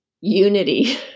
unity